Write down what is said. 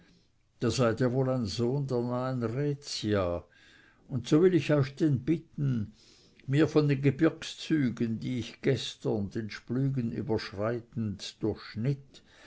da seid ihr wohl ein sohn der nahen rhätia und so will ich euch denn bitten mir von den gebirgszügen die ich gestern den splügen überschreitend durchschnitt